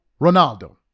Ronaldo